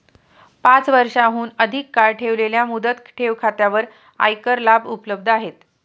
पाच वर्षांहून अधिक काळ ठेवलेल्या मुदत ठेव खात्यांवर आयकर लाभ उपलब्ध आहेत